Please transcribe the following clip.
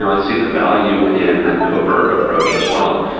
and see the value in that covert approach as well,